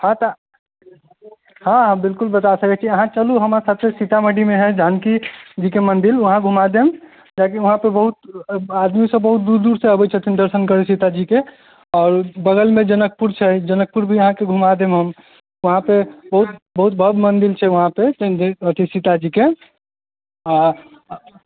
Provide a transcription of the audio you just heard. हँ तऽ हँ बिलकुल बता सकै छी अहाँ चलू हमरा साथे सीतामढ़ीमे हइ जानकी जीके मन्दिर वहाँ घुमा देब किएकि वहाँ तऽ बहुत आदमीसभ बहुत दूर दूरसँ अबैत छथिन दर्शन करैत सीताजीके आओर बगलमे जनकपुर छै जनकपुर भी अहाँकेँ घुमा देब हम वहाँपे बहुत बहुत भव्य मन्दिर छै वहाँपर शिव जी अथी सीताजीके